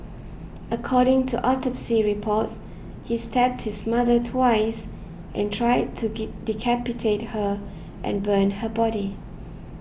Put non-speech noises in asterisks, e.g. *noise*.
according to autopsy reports he stabbed his mother twice and tried to *noise* decapitate her and burn her body